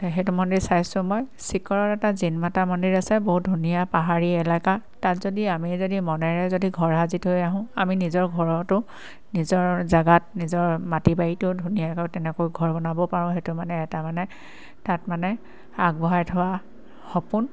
সেইটো মন্দিৰ চাইছোঁ মই চিকৰত এটা জিনমাতা মন্দিৰ আছে বহুত ধুনীয়া পাহাৰী এলেকা তাত যদি আমি যদি মনেৰে যদি ঘৰ সাজি থৈ আহোঁ আমি নিজৰ ঘৰতো নিজৰ জেগাত নিজৰ মাটি বাৰীটো ধুনীয়াকৈ তেনেকৈ ঘৰ বনাব পাৰোঁ সেইটো মানে এটা মানে তাত মানে আগবঢ়াই থোৱা সপোন